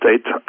state